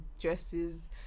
dresses